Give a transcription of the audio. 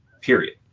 period